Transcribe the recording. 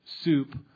soup